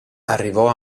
arrivò